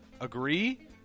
Agree